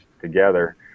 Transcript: together